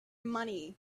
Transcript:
money